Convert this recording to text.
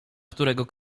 którego